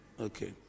Okay